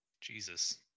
Jesus